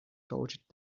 touched